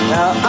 Now